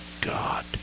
God